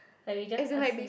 like we just ask him